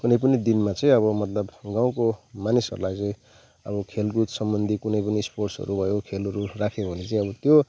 कुनै पनि दिनमा चाहिँ अब मतलब गाउँको मानिसहरूलाई चाहिँ अब खेलकुद सम्बन्धि कुनै पनि स्पोर्ट्सहरू भयो खेलहरू राख्यो भने चाहिँ अब त्यो